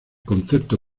concepto